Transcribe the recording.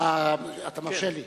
אתה מרשה לי?